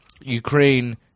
Ukraine –